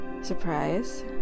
Surprise